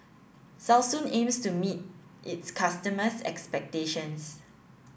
Selsun aims to meet its customers' expectations